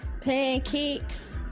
pancakes